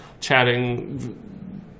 chatting